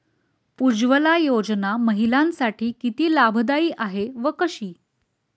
उज्ज्वला योजना महिलांसाठी किती लाभदायी आहे व कशी?